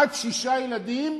עד שישה ילדים,